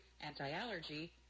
anti-allergy